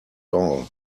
all